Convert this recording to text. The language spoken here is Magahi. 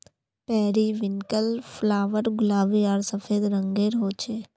पेरिविन्कल फ्लावर गुलाबी आर सफ़ेद रंगेर होचे